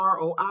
ROI